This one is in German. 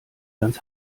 ganz